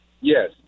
yes